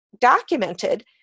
documented